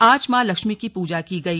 आज मां लक्ष्मी की प्रजा की गई